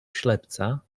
ślepca